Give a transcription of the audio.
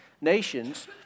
nations